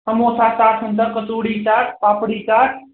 समोसा चाट हुन्छ कचौडी चाट पापडी चाट